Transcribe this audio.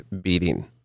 beating